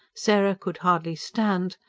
sarah could hardly stand.